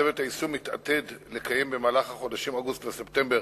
צוות היישום מתעתד לקיים במהלך החודשים אוגוסט וספטמבר